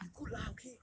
you good lah okay